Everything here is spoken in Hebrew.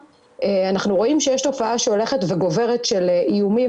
אנחנו רואים שיש תופעה שהולכת וגוברת של איומים